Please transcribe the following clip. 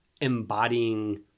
embodying